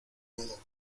nudo